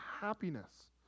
happiness